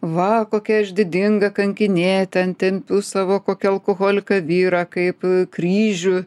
va kokia aš didinga kankinė ten tempiu savo kokį alkoholiką vyrą kaip kryžių